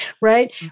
Right